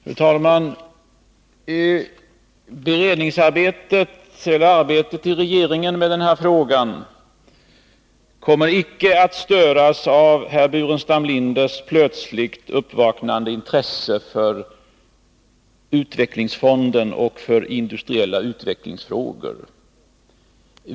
Fru talman! Arbetet i regeringen när det gäller den här frågan kommer icke att störas av herr Burenstam Linders plötsligt uppvaknande intresse för utvecklingsfonden och för industriella utvecklingsfrågor.